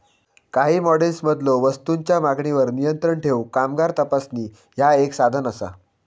काही मॉडेल्समधलो वस्तूंच्यो मागणीवर नियंत्रण ठेवूक कामगार तपासणी ह्या एक साधन असा